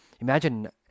imagine